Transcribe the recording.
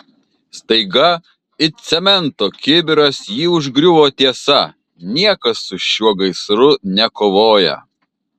staiga it cemento kibiras jį užgriuvo tiesa niekas su šiuo gaisru nekovoja